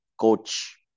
Coach